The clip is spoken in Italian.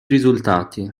risultati